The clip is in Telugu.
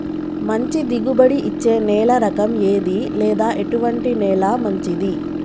మంచి దిగుబడి ఇచ్చే నేల రకం ఏది లేదా ఎటువంటి నేల మంచిది?